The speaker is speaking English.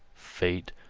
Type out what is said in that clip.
fate,